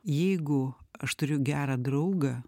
jeigu aš turiu gerą draugą